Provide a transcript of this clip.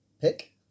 pick